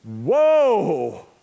Whoa